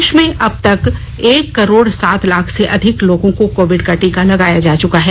देश में अब तक एक करोड़ सात लाख से अधिक लोगों को कोविड का टीका लगाया जा चुका है